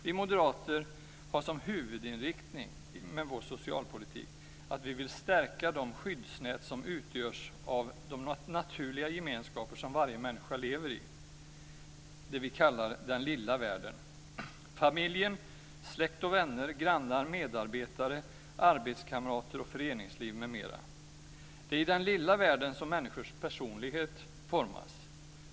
Vi moderater har som huvudinriktning i vår socialpolitik att vi vill stärka de skyddsnät som utgörs av de naturliga gemenskaper som varje människa lever i, "den lilla världen" - familjen, släkt och vänner, grannar, medarbetare, arbetskamrater och föreningsliv m.m. Det är i den lilla världen som människors personlighet formas.